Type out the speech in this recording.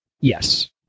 Yes